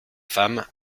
femme